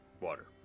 water